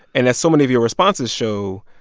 and as so many of your responses show,